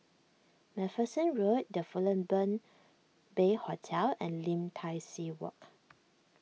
MacPherson Road the Fullerton Bay Hotel and Lim Tai See Walk